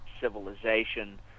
civilization